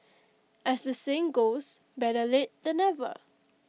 as the saying goes better late than never